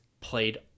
played